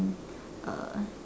uh